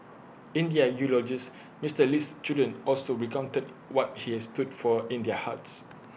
in their eulogies Mister Lee's children also recounted what he has stood for in their hearts